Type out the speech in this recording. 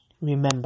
Remember